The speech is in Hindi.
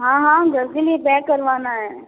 हाँ हाँ घर के लिए पैक करवाना है